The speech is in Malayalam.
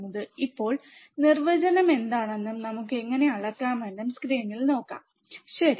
ഇപ്പോൾ ഔട്ട്പുട്ട് ഓഫ്സെറ്റ് വോൾട്ടേജ് നിർവചനം എന്താണെന്നും നമുക്ക് എങ്ങനെ അളക്കാമെന്നും സ്ക്രീനിൽ നോക്കാം ശരി